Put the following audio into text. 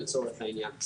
לצורך העניין.